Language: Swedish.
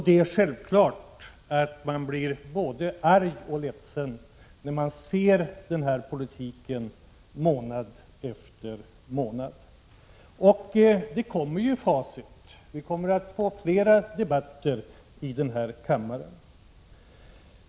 Det är självklart att man blir både arg och ledsen, när man ser denna politik månad efter månad. Och facit kommer ju. Vi får fler debatter i denna kammare.